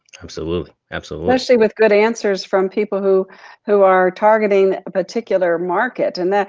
absolutely, absolutely. especially with good answers from people who who are targeting a particular market. and yeah